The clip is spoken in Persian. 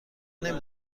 نمی